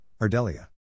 Ardelia